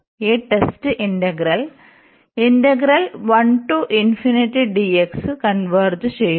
ഈ test integral converge ചെയ്യുന്നു